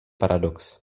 paradox